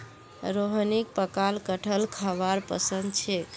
रोहिणीक पकाल कठहल खाबार पसंद छेक